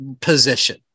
position